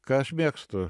ką aš mėgstu